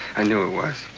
i knew it was.